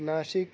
Nashik